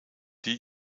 die